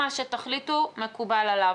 מה שתחליטו מקובל עליו,